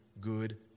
good